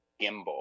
gimbal